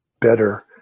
better